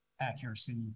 accuracy